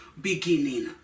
beginning